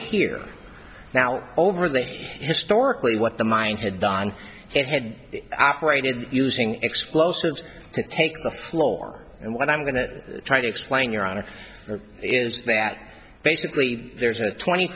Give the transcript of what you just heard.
hear now over the historically what the mine had done it had operated using explosives to take the floor and what i'm going to try to explain your honor is that basically there's a twenty